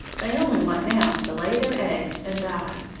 they only want now to lay their eggs and die.